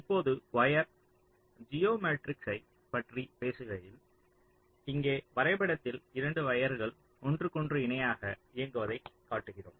இப்போது வயர் ஜியோமெட்ரிஸ்யை பற்றி பேசுகையில் இங்கே வரைபடத்தில் 2 வயர்கள் ஒன்றுக்கொன்று இணையாக இயங்குவதைக் காட்டுகிறோம்